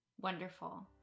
Wonderful